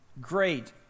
Great